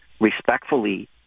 respectfully